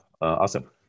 awesome